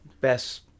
best